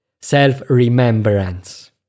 self-remembrance